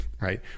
right